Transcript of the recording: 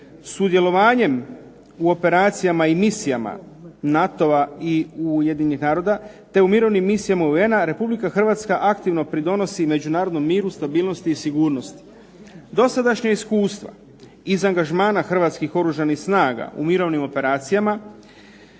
Sudjelovanjem u operacijama i misijama NATO-a i Ujedinjenih naroda te u mirovnim misijama UN-a Republika Hrvatska aktivno pridonosi međunarodnom miru, stabilnosti i sigurnosti. Dosadašnja iskustva iz angažmana hrvatskih Oružanih snaga u mirovnim operacijama